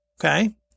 Okay